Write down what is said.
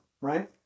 right